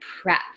prep